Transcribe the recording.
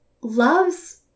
loves